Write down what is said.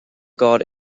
guard